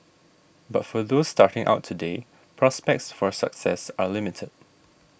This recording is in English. but for those starting out today prospects for success are limited